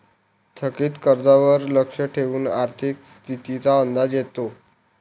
थकीत कर्जावर लक्ष ठेवून आर्थिक स्थितीचा अंदाज येतो